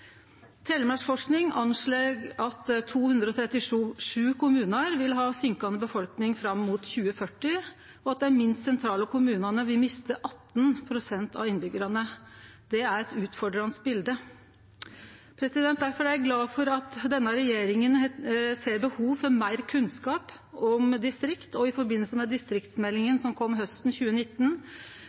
Telemarksforsking anslår at i 237 kommunar vil befolkninga gå ned fram mot 2040, og at dei minst sentrale kommunane vil miste 18 pst. av innbyggjarane. Det er eit utfordrande bilde. Difor er eg glad for at denne regjeringa ser behov for meir kunnskap om distrikt, og i forbindelse med distriktsmeldinga som kom hausten 2019,